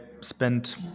spent